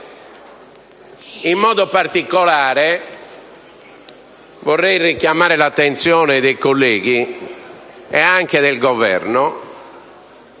In modo particolare, vorrei richiamare l'attenzione dei colleghi e del